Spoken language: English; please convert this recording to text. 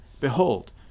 Behold